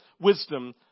wisdom